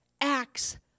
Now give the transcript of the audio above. acts